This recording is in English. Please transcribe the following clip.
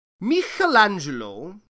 Michelangelo